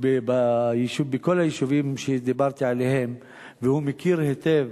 בכל היישובים שדיברתי עליהם, מכיר היטב